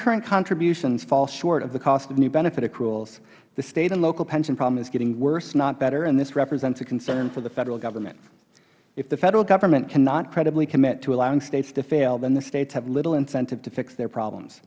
current contributions fall short of the cost of new benefit accruals the state and local pension problem is getting worse not better and this represents a concern for the federal government if the federal government cannot credibly commit to allowing states to fail then the states have little incentive to fix their problems